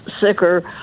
sicker